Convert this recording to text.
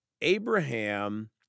Abraham